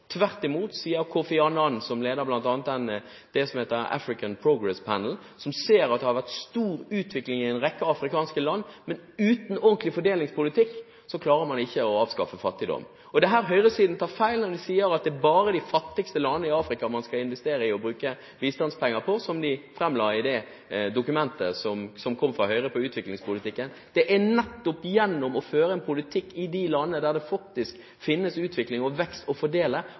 Tvert imot sier Kofi Annan, som bl.a. leder det som heter Africa Progress Panel, at det har vært stor utvikling i en rekke afrikanske land. Men uten ordentlig fordelingspolitikk klarer man ikke å avskaffe fattigdom. Det er her høyresiden tar feil når de sier at det er bare de fattigste landene i Afrika man skal investere og bruke bistandspenger i, som de framla i dokumentet som kom fra Høyre i utviklingspolitikken. Det er nettopp gjennom å føre en politikk i de landene der det faktisk finnes utvikling og vekst å fordele,